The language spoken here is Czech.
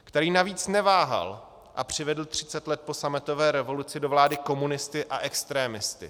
Který navíc neváhal a přivedl třicet let po sametové revoluci do vlády komunisty a extremisty.